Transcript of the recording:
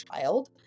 child